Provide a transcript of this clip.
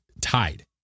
tied